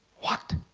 what?